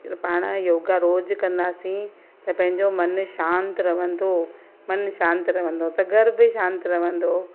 पाण योगा रोज़ु कंदासीं त पंहिंजो मनु शांति रहंदो मनु शांति रहंदो त घर बि शांति रहंदो